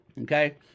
Okay